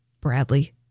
Bradley